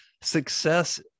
success